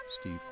Steve